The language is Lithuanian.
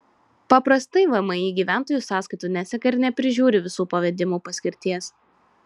paprastai vmi gyventojų sąskaitų neseka ir neprižiūri visų pavedimų paskirties